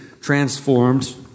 transformed